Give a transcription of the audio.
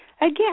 Again